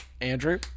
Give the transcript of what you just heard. Andrew